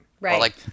Right